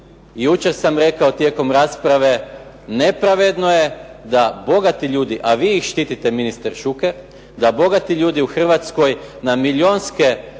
Jučer sam rekao tijekom rasprave nepravedno je da bogati ljudi a vi ih štitite ministre Šuker, da bogati ljudi u Hrvatskoj na milijunske